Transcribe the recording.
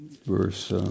Verse